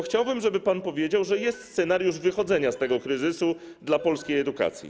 Chciałbym, żeby pan powiedział, że jest scenariusz wychodzenia z tego kryzysu dla polskiej edukacji.